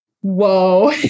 whoa